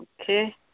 Okay